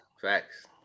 facts